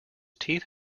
teeth